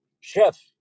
Chef